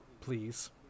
Please